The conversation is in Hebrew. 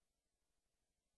כן.